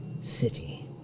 city